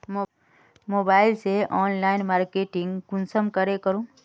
Mobile से online marketing कुंसम के करूम?